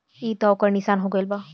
ई त ओकर निशान हो गईल बा